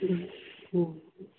ହୁଁ ହୁଁ